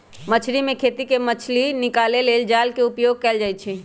मछरी कें खेति से मछ्री निकाले लेल जाल के उपयोग कएल जाइ छै